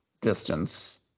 distance